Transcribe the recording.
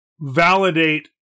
validate